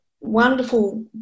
wonderful